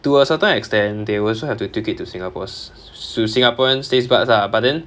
to a certain extent they also have to take it to singapore's su~ singaporeans's tastebuds lah but then